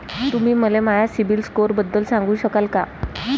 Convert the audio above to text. तुम्ही मले माया सीबील स्कोअरबद्दल सांगू शकाल का?